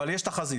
אבל יש תחזית.